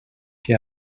que